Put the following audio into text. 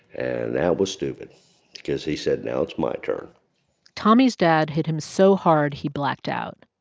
and that was stupid because he said now it's my turn tommy's dad hit him so hard he blacked out.